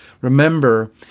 Remember